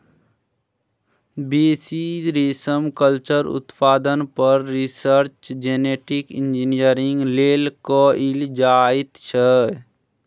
बेसी रेशमकल्चर उत्पादन पर रिसर्च जेनेटिक इंजीनियरिंग लेल कएल जाइत छै